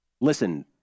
Listen